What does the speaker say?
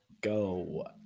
go